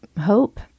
hope